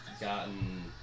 gotten